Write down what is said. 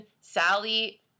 Sally